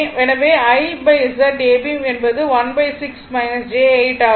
எனவே 1Z ab என்பது 16 j 8 ஆகும்